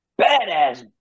badass